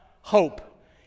Hope